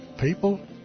people